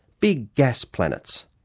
big gas planets.